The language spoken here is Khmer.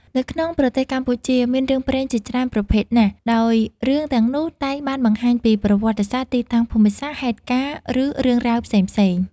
នៅក្នុងប្រទេសកម្ពុជា មានរឿងព្រេងជាច្រើនប្រភេទណាស់ ដោយរឿងទាំងនោះតែងបានបង្ហាញពី ប្រវត្តិសាស្រ្ដ ទីតាំងភូមិសាស្រ្ដ ហេតុការណ៍ ឬរឿងរ៉ាវផ្សេងៗ។